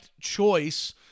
choice